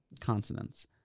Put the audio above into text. consonants